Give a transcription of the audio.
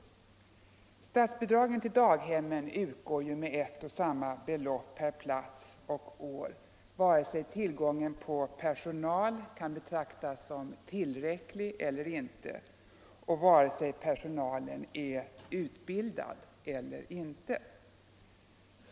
Ekonomiskt stöd åt Statsbidragen till daghemmen utgår med ett och samma belopp per plats och år antingen tillgången på personal i förhållande till antalet barn kan betraktas som tillräcklig eller inte och antingen personalen är utbildad eller inte.